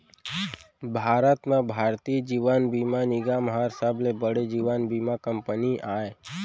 भारत म भारतीय जीवन बीमा निगम हर सबले बड़े जीवन बीमा कंपनी आय